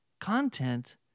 content